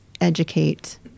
educate